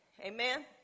Amen